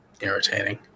irritating